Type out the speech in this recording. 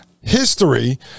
history